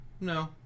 No